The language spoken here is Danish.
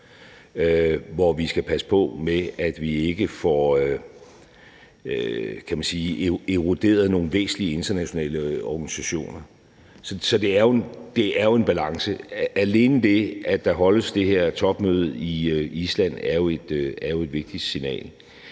hvor vi skal passe på med, at vi ikke får, kan man sige, eroderet nogle væsentlige internationale organisationer. Så det er jo en balance. Alene det, at der holdes det her topmøde i Island, er et vigtigt signal.